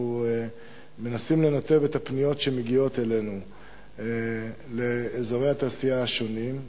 אנחנו מנסים לנתב את הפניות שמגיעות אלינו לאזורי התעשייה השונים.